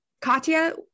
katya